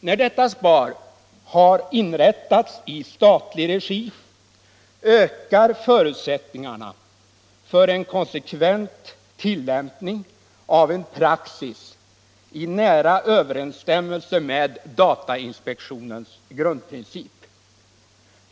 När detta SPAR har inrättats i statlig regi ökar förutsättningarna för en konsekvent tillämpning av en praxis som står i nära överensstämmelse med datainspektionens grundprincip.